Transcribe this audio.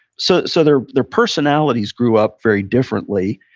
so so their their personalities grew up very differently.